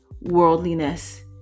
worldliness